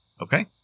Okay